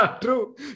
True